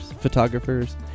photographers